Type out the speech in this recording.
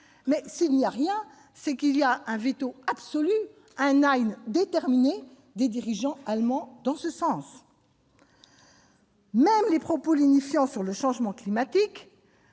S'il n'y a rien, c'est qu'il y a un veto absolu, un déterminé, des dirigeants allemands sur ces points. Même les propos lénifiants sur le changement climatique